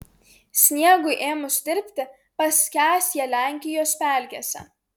sniegui ėmus tirpti paskęs jie lenkijos pelkėse